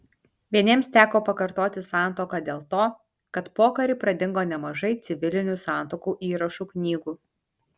vieniems teko pakartoti santuoką dėl to kad pokarį pradingo nemažai civilinių santuokų įrašų knygų